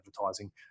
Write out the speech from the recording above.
advertising